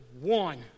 one